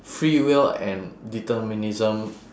free will and determinism